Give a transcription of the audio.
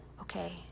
okay